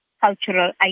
cultural